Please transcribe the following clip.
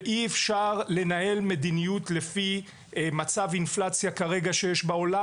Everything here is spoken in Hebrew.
אי אפשר לנהל מדיניות לפי מצב האינפלציה כרגע שיש בעולם